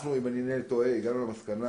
אם אינני טועה, הגענו למסקנה